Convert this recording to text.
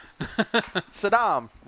Saddam